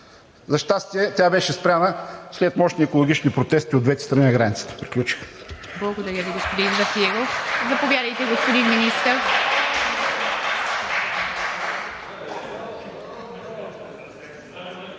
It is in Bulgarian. За щастие, тя беше спряна след мощни екологични протести от двете страни на границата.